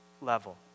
level